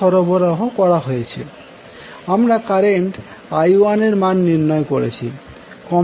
আমরা কারেন্ট I1এর মান নির্ণয় করেছি